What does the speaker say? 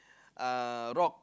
uh rock